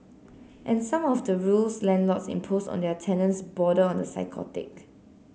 and some of the rules landlords impose on their tenants border on the psychotic